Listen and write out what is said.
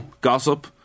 gossip